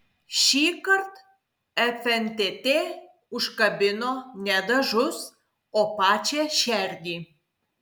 šįkart fntt užkabino ne dažus o pačią šerdį